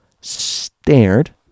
stared